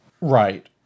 Right